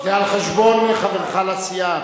זה על חשבון חברך לסיעה.